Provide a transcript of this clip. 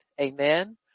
amen